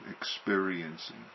experiencing